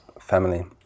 family